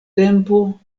tempo